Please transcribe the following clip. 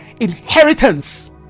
inheritance